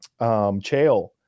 Chael